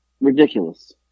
ridiculous